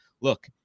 look